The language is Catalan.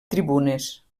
tribunes